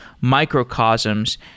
microcosms